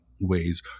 ways